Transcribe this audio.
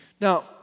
Now